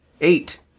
Eight